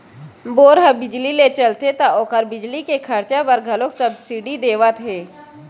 bore ह बिजली ले चलथे त ओखर बिजली के खरचा बर घलोक सब्सिडी देवत हे